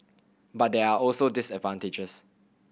but there are also disadvantages